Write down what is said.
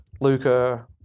Luca